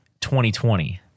2020